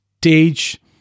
stage